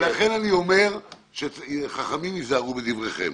ולכן אני אומר שחכמים היזהרו בדבריכם.